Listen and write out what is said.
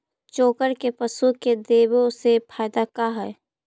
चोकर के पशु के देबौ से फायदा का है?